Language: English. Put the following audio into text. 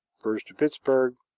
first to pittsburg,